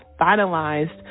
finalized